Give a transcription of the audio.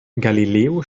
galileo